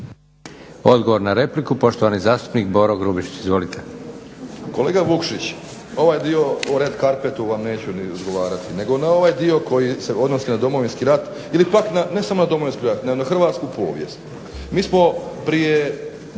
Odgovor na repliku, poštovani zastupnik Boro Grubišić. **Grubišić, Boro (HDSSB)** Ovaj dio o Red carpetu van neću ni odgovarati, nego na ovaj dio koji se odnosi na Domovinski rat, ili pak na ne samo na Domovinski rat, nego i na hrvatsku povijest. Mi smo prije